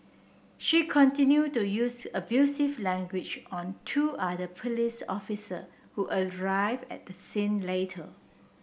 she continued to use abusive language on two other police officer who arrived at the scene later